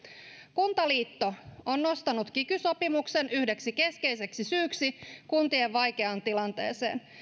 kuntaliitto on nostanut kiky sopimuksen yhdeksi keskeiseksi syyksi kuntien vaikeaan tilanteeseen